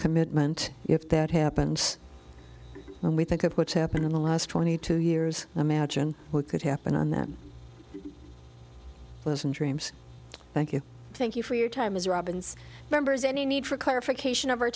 commitment if that happens when we think of what's happened in the last twenty two years imagine what could happen on that listen dreams thank you thank you for your time as robin's members any need for clarification o